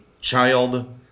child